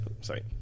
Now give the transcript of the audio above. Sorry